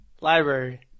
Library